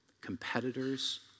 competitors